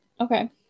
okay